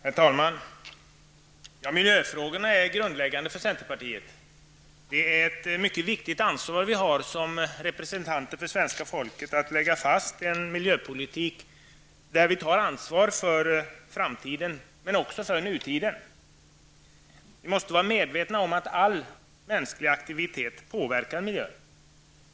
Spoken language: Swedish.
Herr talman! Miljöfrågorna är grundläggande för centerpartiet. Det är ett mycket viktigt ansvar vi har som representanter för svenska folket att lägga fast en miljöpolitik där vi tar ansvar för framtiden men också för nutiden. Vi måste vara medvetna om att all mänsklig aktivitet påverkar miljön.